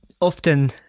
often